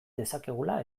dezakegula